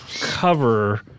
cover